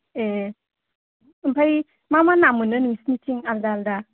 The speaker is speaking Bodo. ए ओमफ्राय मा मा ना मोनो नोंसोरनिथिं आलादा आलादा